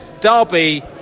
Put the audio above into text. Derby